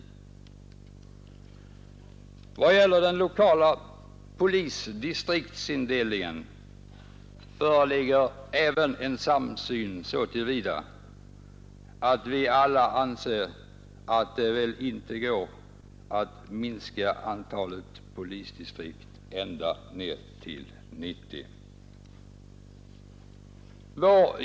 När det gäller den lokala polisdistriktsindelningen föreligger en samsyn även så till vida att vi alla anser att det inte går att minska antalet polisdistrikt ända ned till 90.